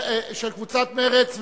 של קבוצת מרצ,